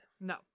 No